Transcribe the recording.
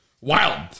wild